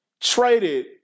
traded